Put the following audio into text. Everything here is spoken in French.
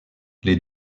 les